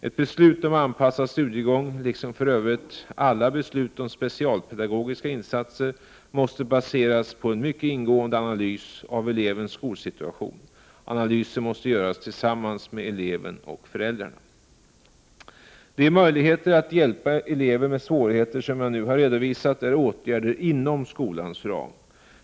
Ett beslut om anpassad studiegång, liksom för övrigt alla beslut om specialpedagogiska insatser, måste baseras på en mycket ingående analys av elevens skolsituation. Analysen måste göras tillsammans med eleven och föräldrarna. De möjligheter att hjälpa elever med svårigheter som jag nu har redovisat är åtgärder inom skolans ram.